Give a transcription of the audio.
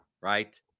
Right